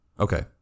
Okay